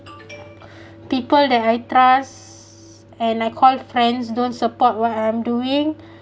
people that I trust and I call friends don't support what I'm doing